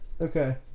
Okay